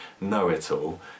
know-it-all